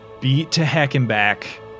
beat-to-heck-and-back